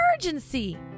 emergency